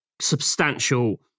substantial